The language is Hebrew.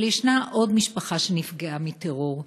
אבל יש עוד משפחה שנפגעה מטרור,